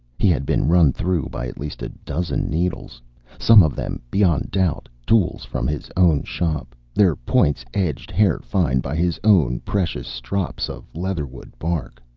he had been run through by at least a dozen needles some of them, beyond doubt, tools from his own shop, their points edged hair-fine by his own precious strops of leatherwood-bark.